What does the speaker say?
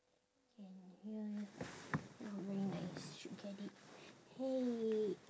can ya ya ya very nice should get it !hey!